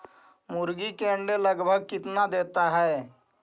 मुर्गी के अंडे लगभग कितना देता है?